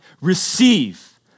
receive